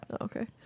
Okay